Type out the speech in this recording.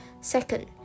Second